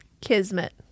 Kismet